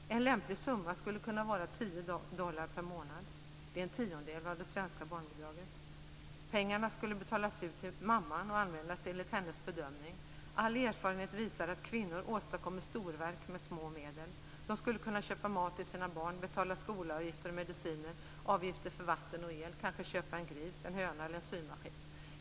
En lämplig summa skulle kunna vara 10 dollar per månad. Det är en tiondel av det svenska barnbidraget. Pengarna skulle betalas ut till mamman och användas enligt hennes bedömning. All erfarenhet visar att kvinnor åstadkommer storverk med små medel. De skulle kunna köpa mat till sina barn och betala skolavgifter, mediciner och avgifter för vatten och el. De skulle kanske kunna köpa en gris, en höna eller en symaskin.